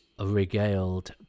regaled